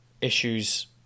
issues